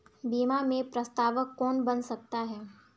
बीमा में प्रस्तावक कौन बन सकता है?